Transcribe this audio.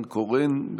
ניסנקורן.